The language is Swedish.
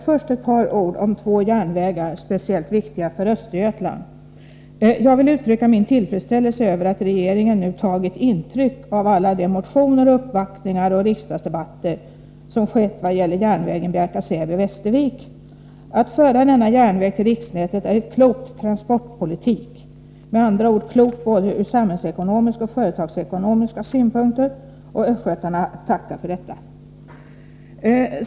Fru talman! Först några ord om två järnvägar, speciellt viktiga för Östergötland. Jag vill uttrycka min tillfredsställelse över att regeringen tagit intryck av alla de motioner, uppvaktningar och riksdagsdebatter som varit vad gäller banan Bjärka/Säby-Västervik. Att föra denna järnväg till riksnätet är klok trafikpolitik, med andra ord klokt ur både samhällsekonomiska och företagsekonomiska synpunkter. Östgötarna tackar för detta.